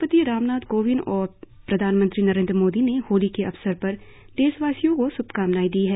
राष्ट्रपति रामनाथ कोविंद और प्रधानमंत्री नरेंद्र मोदी ने होली के अवसर पर देशवासियों को श्भकामनाए दी है